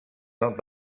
not